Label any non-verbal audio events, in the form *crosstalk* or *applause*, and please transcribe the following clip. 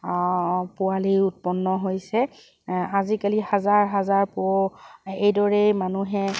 পোৱালি উৎপন্ন হৈছে আজিকালি হাজাৰ হাজাৰ *unintelligible* এইদৰেই মানুহে